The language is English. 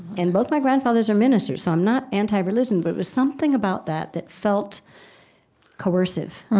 and both my grandfathers are ministers, so i'm not anti-religion, but it was something about that that felt coercive.